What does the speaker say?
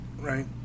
Right